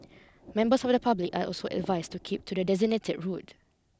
members of the public are also advised to keep to the designated route